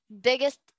biggest